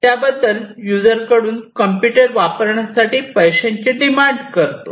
त्याबदल्यात युजर कडून कॉम्प्युटर वापरण्यासाठी पैशांची डिमांड करतो